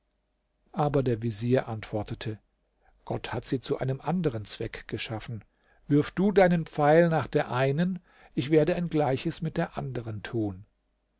aber der vezier antwortete gott hat sie zu einem anderen zweck geschaffen wirf du deinen pfeil nach der einen ich werde ein gleiches mit der anderen tun